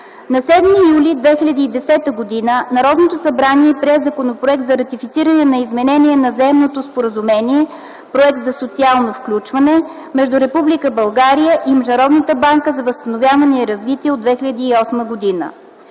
На 7 юли 2010 г. Народното събрание прие Законопроект за ратифициране на изменение на Заемното споразумение (Проект за социално включване) между Република България и Международната банка за възстановяване и развитие от 2008 г.